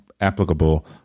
applicable